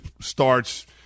starts –